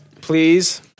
please